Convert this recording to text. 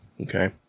Okay